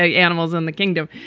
ah animals in the kingdom.